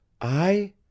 I